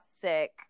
sick